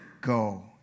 Go